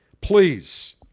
Please